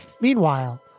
Meanwhile